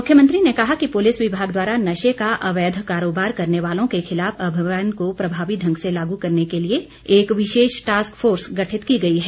मुख्यमंत्री ने कहा कि पुलिस विभाग द्वारा नशे का अवैध कारोबार करने वालों के खिलाफ अभियान को प्रभावी ढंग से लागू करने के लिए एक विशेष टास्क फोर्स गठित की गई है